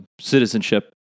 citizenship